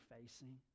facing